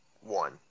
one